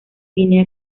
guinea